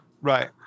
right